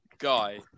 Guy